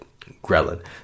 ghrelin